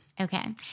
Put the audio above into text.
Okay